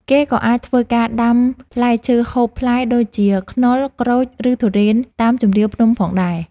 គេក៏អាចធ្វើការដាំផ្លែឈើហូបផ្លែដូចជា ខ្នុរ ក្រូច ឬធុរេនតាមជម្រាលភ្នំផងដែរ។